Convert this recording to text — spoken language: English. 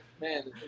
man